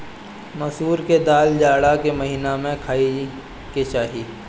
मसूर के दाल जाड़ा के महिना में खाए के चाही